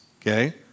Okay